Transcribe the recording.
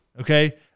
okay